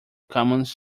commons